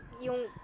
yung